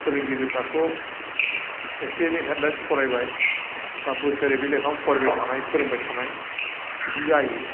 फोरोंगिरिफ्राथ' एसे एनै हेडलाइन्स फरायबाय बा बोसोरै बे लेखाखौ फरायबाय थानाय फोरोंबाय थानाय बिदि जायो